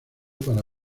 para